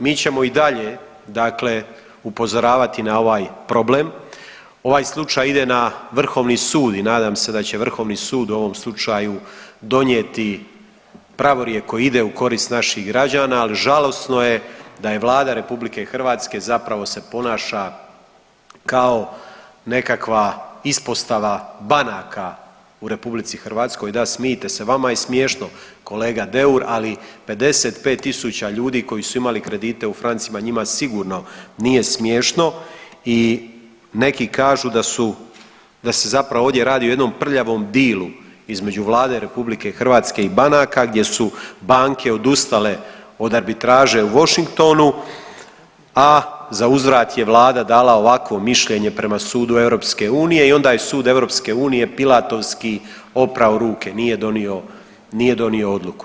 Mi ćemo i dalje dakle upozoravati na ovaj problem, ovaj slučaj ide na vrhovni sud i nadam se da će vrhovni sud u ovom slučaju donijeti pravorijek koji ide u korist naših građana, al žalosno je da je Vlada RH zapravo se ponaša kao nekakva ispostava banaka u RH, da smijte se, vama je smiješno kolega Deur, ali 55 tisuća ljudi koji su imali kredite u francima njima sigurno nije smiješno i neki kažu da su, da se zapravo ovdje radi o jednom prljavom dilu između Vlade RH i banaka gdje su banke odustale od arbitraže u Washingtonu, a zauzvrat je vlada dala ovakvo mišljenje prema sudu EU i onda je sud EU Pilatovski oprao ruke, nije donio, nije donio odluku.